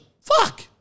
fuck